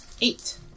Eight